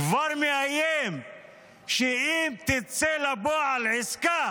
כבר מאיים שאם תצא לפועל עסקה